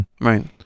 Right